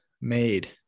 made